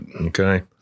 Okay